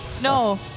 No